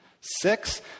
Six